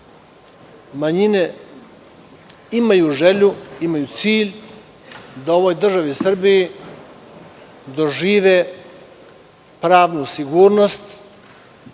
Manjine imaju želju, cilj da u ovoj državi Srbiji dožive pravnu sigurnost,